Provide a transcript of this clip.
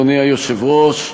אדוני היושב-ראש,